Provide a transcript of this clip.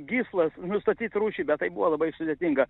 gyslas nustatyt rūšį bet tai buvo labai sudėtinga